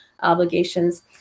obligations